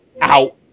out